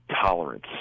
tolerance